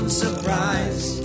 surprise